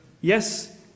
yes